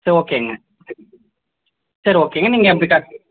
சரி ஓகேங்க சரி ஓகேங்க நீங்கள் எப்படி